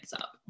up